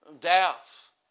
death